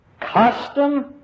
custom